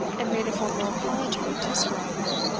and made a formal apology to sir arthur,